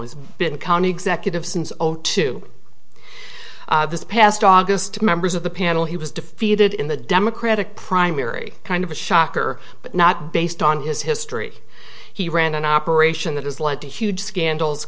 has been a county executive since zero two this past august to members of the panel he was defeated in the democratic primary kind of a shocker but not based on his history he ran an operation that has led to huge scandals